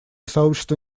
сообщество